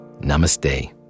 Namaste